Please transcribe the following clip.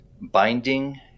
binding